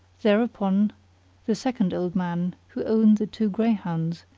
there upon the second old man, who owned the two greyhounds,